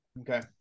okay